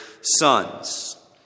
sons